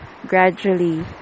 gradually